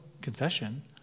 confession